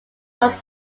was